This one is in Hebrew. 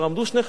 אם היה פיגוע